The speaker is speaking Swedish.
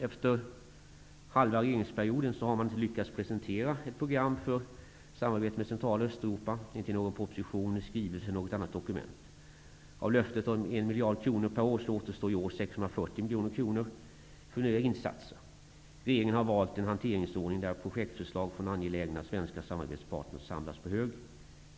Efter snart halva regeringsperioden har den borgerliga regeringen inte lyckats presentera ett program för samarbetet med Central och Östeuropa. Den har inte presenterat någon proposition, skrivelse eller annat dokument. Av löftet om 1 miljard kronor per år återstår i år 640 miljoner kronor för nya insatser. Regeringen har valt en hanteringsordning där projektförslag från angelägna svenska samarbetspartner samlas på hög.